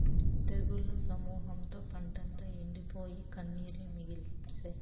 తెగుళ్ల సమూహంతో పంటంతా ఎండిపోయి, కన్నీరే మిగిల్సే